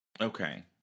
Okay